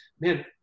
Man